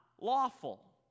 lawful